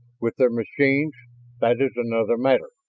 with their machines that is another matter.